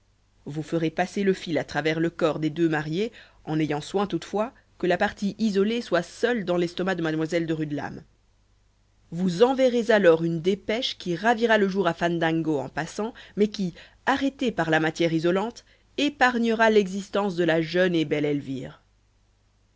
vous ferez passer le fil à travers le corps des deux mariés en ayant soin toutefois que la partie isolée soit seule dans l'estomac de mademoiselle de rudelame vous enverrez alors une dépêche qui ravira le jour à fandango en passant mais qui arrêtée par la matière isolante épargnera l'existence de la jeune et belle elvire